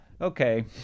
Okay